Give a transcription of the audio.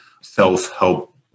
self-help